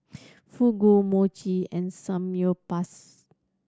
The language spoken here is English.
Fugu Mochi and Samgyeopsal